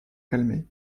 calmé